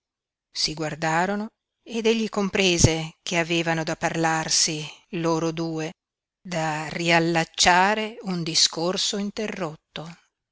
si guardarono ed egli comprese che avevano da parlarsi loro due da riallacciare un discorso interrotto